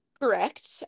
correct